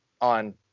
on